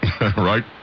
right